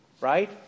right